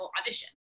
audition